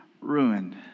ruined